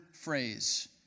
phrase